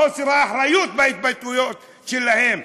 חוסר האחריות בהתבטאויות שלהם.